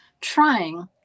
trying